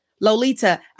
Lolita